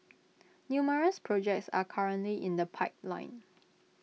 numerous projects are currently in the pipeline